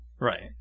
Right